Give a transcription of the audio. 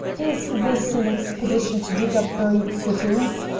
is this an expedition to dig up buried cities,